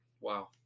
Wow